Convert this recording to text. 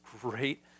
great